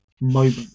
moment